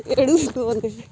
ખેડૂતોને